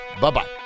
Bye-bye